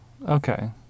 okay